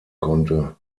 konnte